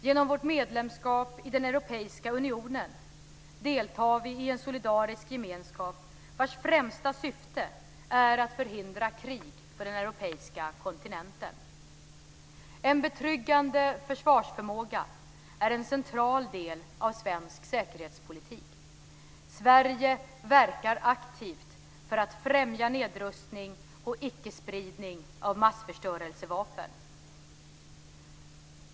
Genom vårt medlemskap i den Europeiska unionen deltar vi i en solidarisk gemenskap vars främsta syfte är att förhindra krig på den europeiska kontinenten. En betryggande försvarsförmåga är en central del av svensk säkerhetspolitik. Sverige verkar aktivt för att främja nedrustning och icke-spridning av massförstörelsevapen.